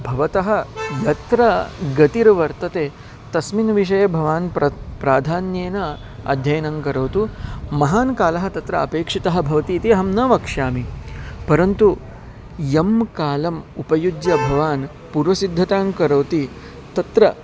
भवतः यत्र गतिर्वर्तते तस्मिन् विषये भवान् प्र प्राधान्येन अध्ययनं करोतु महान् कालः तत्र अपेक्षितः भवति इति अहं न वक्ष्यामि परन्तु यं कालम् उपयुज्य भवान् पूर्वसिद्धतां करोति तत्र